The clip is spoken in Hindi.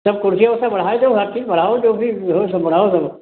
सब कुर्सियाँ उर्सियाँ बढ़ाई देऊ हर चीज़ बढ़ाओ जो भी हो सब बढ़ाओ सब